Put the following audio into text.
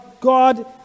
God